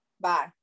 bye